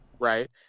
right